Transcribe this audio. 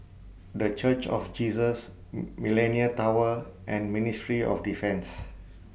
The Church of Jesus Millenia Tower and Ministry of Defence